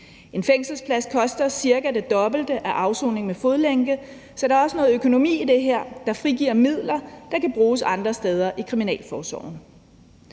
En fængselsplads koster cirka det dobbelte af afsoning med fodlænke, så der er også noget økonomi i det her, der frigør midler, der kan bruges andre steder i kriminalforsorgen.